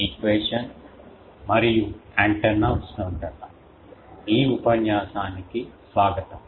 ఈ ఉపన్యాసానికి స్వాగతం